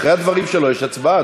אחרי הדברים שלו יש הצבעה,